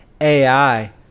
AI